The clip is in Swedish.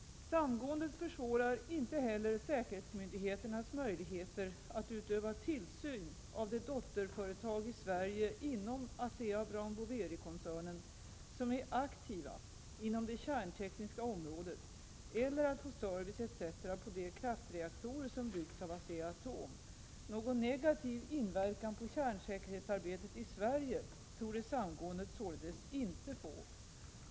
Samgåendet försvårar inte heller säkerhetsmyndigheternas möjligheter att utöva tillsyn av de dotterföretag i Sverige inom ASEA Brown Boverikoncernen som är aktiva inom det kärntekniska området eller att få service etc. på de kraftreaktorer som byggts av ASEA-ATOM. Någon negativ inverkan på kärnsäkerhetsarbetet i Sverige torde samgåendet således inte få.